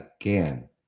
again